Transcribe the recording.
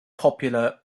popular